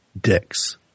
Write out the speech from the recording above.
dicks